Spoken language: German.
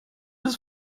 ist